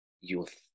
youth